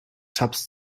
tabs